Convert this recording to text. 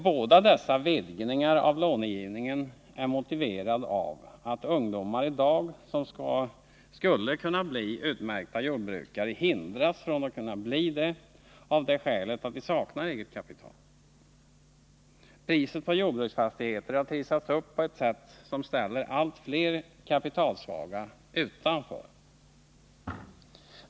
Båda dessa vidgningar av långivningen är motiverade av att ungdomar som skulle kunna 135 bli utmärkta jordbrukare i dag hindras från att bli det av det skälet att de saknar eget kapital. Priset på jordbruksfastigheter har trissats upp på ett sätt som ställer allt fler kapitalsvaga utanför.